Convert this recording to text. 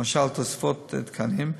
למשל תוספות תקנים,